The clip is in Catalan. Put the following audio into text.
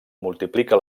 multiplica